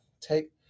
take